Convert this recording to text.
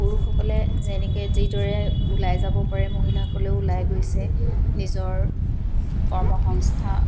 পুৰুষসকলে যেনেকৈ যিদৰে ওলাই যাব পাৰে মহিলাসকলেও ওলাই গৈছে নিজৰ কৰ্ম সংস্থা